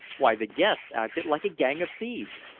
why, the guests acted like a gang of thieves.